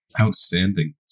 Outstanding